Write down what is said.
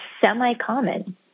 semi-common